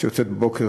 שיוצאת בבוקר,